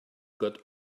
got